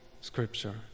Scripture